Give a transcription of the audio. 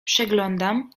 przeglądam